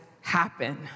happen